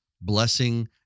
blessing